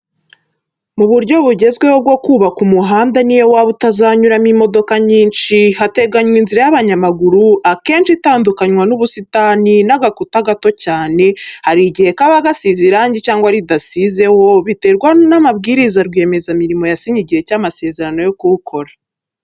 Mu buryo bugezweho bwo kubaka umuhanda, n'iyo waba utazanyuramo imodoka nyinshi, hateganywa inzira y'abanyamaguru; akenshi itandukanywa n'ubusitani n'agakuta gato cyane, hari igihe kaba gasize irangi cyangwa ridasizeho, biterwa n'amabwiriza rwiyemezamirimo yasinye igihe cy'amasezerano yo kuwukora.